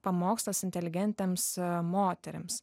pamokslas inteligentėms moterims